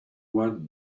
one